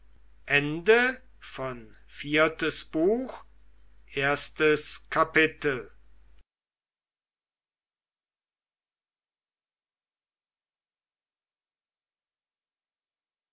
viertes buch erstes kapitel